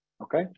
Okay